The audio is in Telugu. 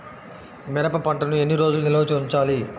మిరప పంటను ఎన్ని రోజులు నిల్వ ఉంచాలి?